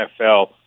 NFL